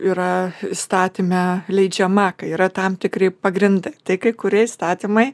yra įstatyme leidžiama kai yra tam tikri pagrindai tai kai kurie įstatymai